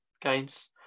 games